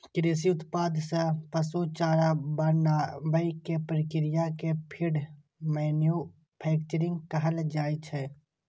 कृषि उत्पाद सं पशु चारा बनाबै के प्रक्रिया कें फीड मैन्यूफैक्चरिंग कहल जाइ छै